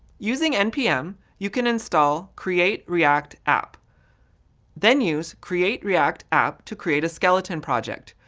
using npm, you can install, create-react-app, then use create-react-app to create a skeleton project.